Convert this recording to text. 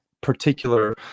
particular